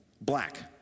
black